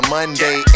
Monday